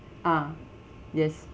ah yes